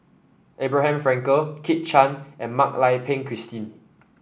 Abraham Frankel Kit Chan and Mak Lai Peng Christine